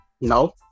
no